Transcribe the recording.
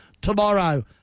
tomorrow